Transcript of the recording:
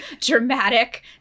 dramatic